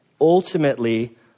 Ultimately